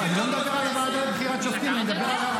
הוועדה לבחירת שופטים --- היו בחירות